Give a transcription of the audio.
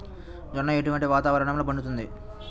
జొన్న ఎటువంటి వాతావరణంలో పండుతుంది?